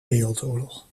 wereldoorlog